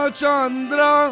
Chandra